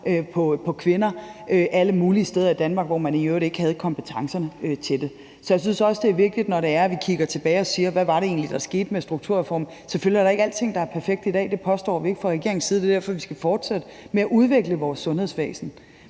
på kvinder alle mulige steder i Danmark, hvoraf man i øvrigt ikke havde kompetencerne til det. Så det synes jeg også er vigtigt, når det er, at vi kigger tilbage på, hvad det egentlig var, der skete med strukturreformen. Selvfølgelig er det ikke alting, der er perfekt i dag. Det påstår vi ikke fra regeringens side, og det er derfor, vi skal fortsætte med at udvikle vores sundhedsvæsen.